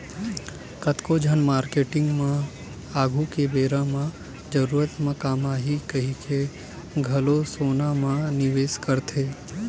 कतको झन मारकेटिंग मन ह आघु के बेरा म जरूरत म काम आही कहिके घलो सोना म निवेस करथे